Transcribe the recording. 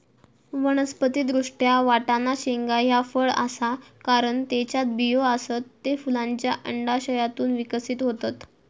वनस्पति दृष्ट्या, वाटाणा शेंगा ह्या फळ आसा, कारण त्येच्यात बियो आसत, ते फुलांच्या अंडाशयातून विकसित होतत